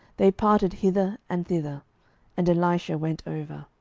they parted hither and thither and elisha went over.